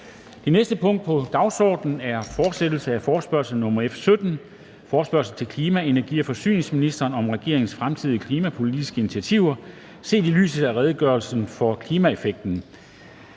Det næste punkt på dagsordenen er: 2) Fortsættelse af forespørgsel nr. F 17 [afstemning]: Forespørgsel til klima-, energi- og forsyningsministeren om regeringens fremtidige klimapolitiske initiativer set i lyset af redegørelsen for klimaeffekter.